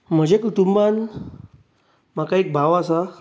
म्हजे कुटूंबांत म्हाका एक भाव आसा